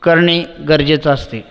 करणे गरजेचं असते